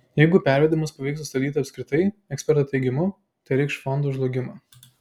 jeigu pervedimus pavyks sustabdyti apskritai ekspertų teigimu tai reikš fondų žlugimą